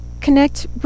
connect